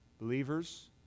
Believers